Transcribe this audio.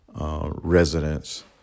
Residents